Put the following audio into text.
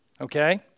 okay